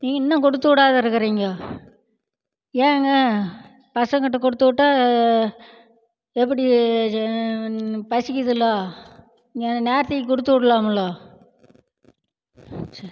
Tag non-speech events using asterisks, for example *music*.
நீங்கள் இன்னும் கொடுத்துவுடாத இருக்கிறீங்கோ ஏங்க பசங்ககிட்ட கொடுத்துவுட்டா எப்படி *unintelligible* பசிக்குதுல்லோ நேரத்துக்கு கொடுத்துவுட்லாம்லோ சரி